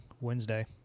Wednesday